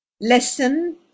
Lesson